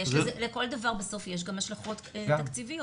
לכל דבר בסוף יש גם השלכות תקציביות.